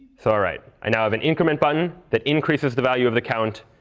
so all right, i now have an increment button that increases the value of the count,